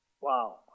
Wow